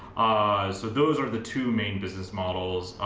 so those are the two main business models.